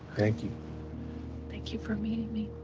thank you thank you for meeting me.